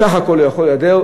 סך הכול הוא יוכל להיעדר,